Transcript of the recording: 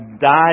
died